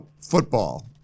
football